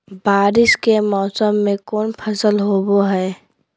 बारिस के मौसम में कौन फसल होबो हाय?